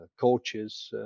coaches